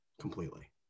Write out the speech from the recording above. completely